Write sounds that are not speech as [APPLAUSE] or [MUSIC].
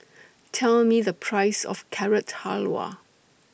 [NOISE] Tell Me The Price of Carrot Halwa